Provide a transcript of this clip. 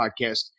podcast